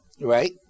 Right